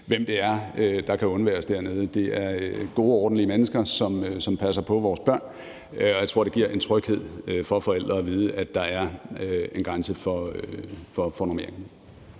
hvem det er, der kan undværes dernede. Det er gode, ordentlige mennesker, som passer på vores børn. Og jeg tror, det giver en tryghed for forældre at vide, at der er en grænse for normeringerne.